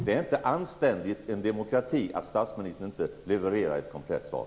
Det är inte anständigt i en demokrati att statsministern inte levererar ett konkret svar.